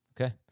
Okay